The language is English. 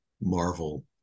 Marvel